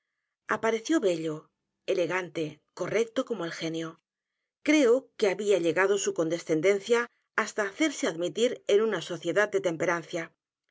apareció bello elegante correcto como el genio creo que había llegado su condescendencia h a s t a hacerse admitir en una sociedad de